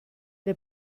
der